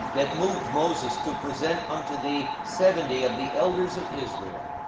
that moved moses to present unto thee seventy of the elders of israel,